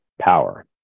power